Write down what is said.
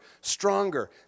stronger